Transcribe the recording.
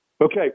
Okay